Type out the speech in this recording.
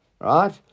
right